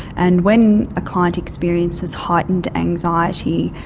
and when a client experiences heightened anxiety,